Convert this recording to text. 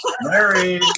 Mary